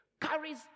carries